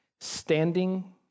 Standing